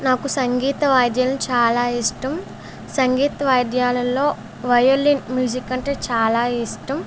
నాకు సంగీత వాయిద్యాలు చాలా ఇష్టం సంగీత వాయిద్యాలల్లో వయోలిన్ మ్యూజిక్ అంటే చాలా ఇష్టం